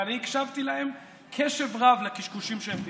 ואני הקשבתי להם בקשב רב, לקשקושים שהם אמרו.